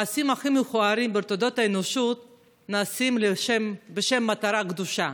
המעשים הכי מכוערים בתולדות האנושות נעשים בשם מטרה קדושה.